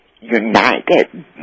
united